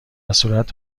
صورت